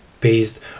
based